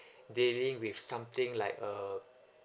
dealing with something like uh